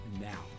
now